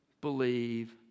believe